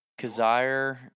Kazire